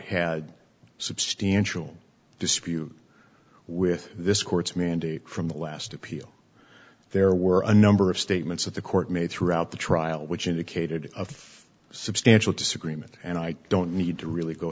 had substantial dispute with this court's mandate from the last appeal there were a number of statements that the court made throughout the trial which indicated a substantial disagreement and i don't need to really go